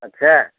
अच्छा